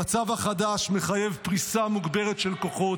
המצב החדש מחייב פריסה מוגברת של כוחות,